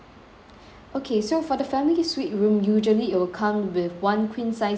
okay so for the family suite room usually it'll come with one queen size bed